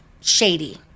shady